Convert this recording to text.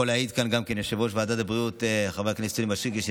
יכול להעיד גם יושב-ראש ועדת הבריאות יונתן מישרקי,